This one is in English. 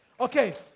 Okay